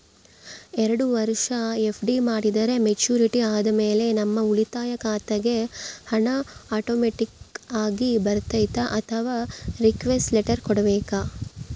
ಎರಡು ವರುಷ ಎಫ್.ಡಿ ಮಾಡಿದರೆ ಮೆಚ್ಯೂರಿಟಿ ಆದಮೇಲೆ ನಮ್ಮ ಉಳಿತಾಯ ಖಾತೆಗೆ ಹಣ ಆಟೋಮ್ಯಾಟಿಕ್ ಆಗಿ ಬರ್ತೈತಾ ಅಥವಾ ರಿಕ್ವೆಸ್ಟ್ ಲೆಟರ್ ಕೊಡಬೇಕಾ?